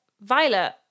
Violet